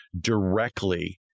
directly